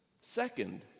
Second